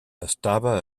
estava